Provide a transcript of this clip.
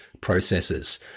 processes